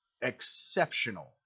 exceptional